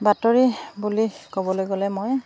বাতৰি বুলি ক'বলৈ গ'লে মই